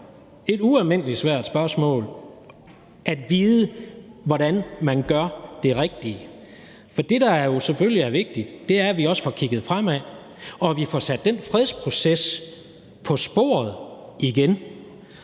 er ualmindelig svært at vide, hvordan man gør det rigtige; for det, der jo selvfølgelig er vigtigt, er, at vi også får kigget fremad, og at vi får sat den fredsproces på sporet igen.